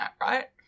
right